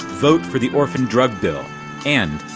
vote for the orphan drug bill and,